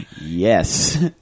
Yes